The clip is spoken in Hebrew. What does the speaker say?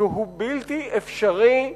שהוא בלתי אפשרי,